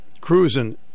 Cruising